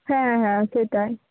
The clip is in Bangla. হ্যাঁ হ্যাঁ সেটাই